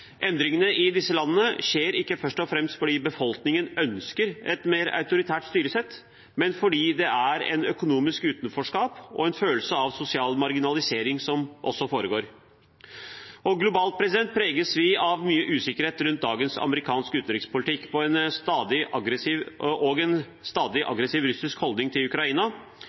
Endringene i disse landene skjer ikke først og fremst fordi befolkningen ønsker et mer autoritært styresett, men fordi det er et økonomisk utenforskap og en følelse av sosial marginalisering som foregår. Globalt preges vi av mye usikkerhet rundt dagens amerikanske utenrikspolitikk – og en stadig aggressiv russisk holdning til Ukraina.